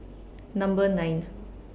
Number nine